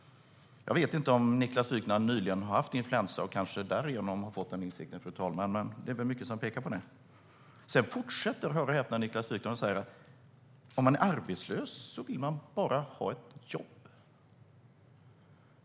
Jag vet inte om Niklas Wykman nyligen har haft influensa och kanske därigenom fått den insikten, fru talman, men det är väl mycket som pekar på det. Sedan fortsätter, hör och häpna, Niklas Wykman och säger att om man är arbetslös så vill man bara ha ett jobb.